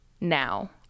now